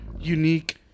unique